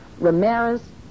Ramirez